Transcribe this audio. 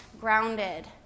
grounded